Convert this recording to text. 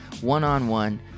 one-on-one